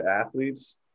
athletes